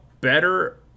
better